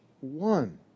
one